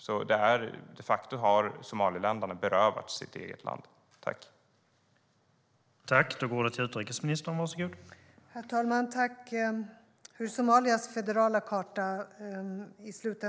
De facto har alltså somaliländarna berövats sitt eget land.